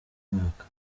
mwaka